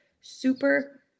Super